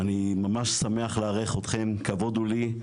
אני ממש שמח לארח אתכם, כבוד הוא לי.